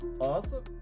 Awesome